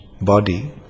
body